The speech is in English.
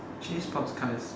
actually sports car is